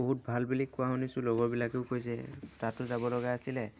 বহুত ভাল বুলি কোৱা শুনিছোঁ লগৰবিলাকেও কৈছে তাতো যাব লগা আছিলে